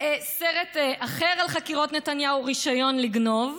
סרט אחר על חקירות נתניהו: רישיון לגנוב,